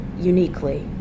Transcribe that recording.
uniquely